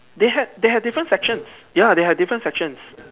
they had they had different section ya they had different sections